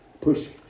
push